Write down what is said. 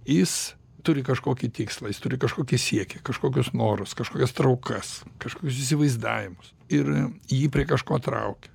jis turi kažkokį tikslą jis turi kažkokį siekį kažkokius norus kažkokias traukas kažkokius įsivaizdavimus ir jį prie kažko traukia